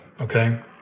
okay